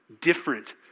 different